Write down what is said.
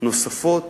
נוספות